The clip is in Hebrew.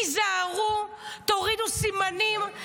תיזהרו, תורידו סימנים?